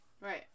right